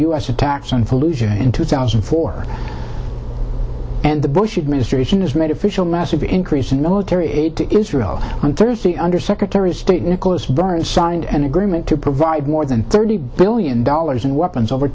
u s attacks on volusia in two thousand and four and the bush administration has made official massive increase in military aid to israel on thursday under secretary of state nicholas burns signed an agreement to provide more than thirty billion dollars in weapons over